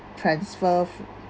transfer